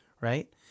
Right